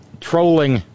trolling